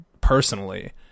personally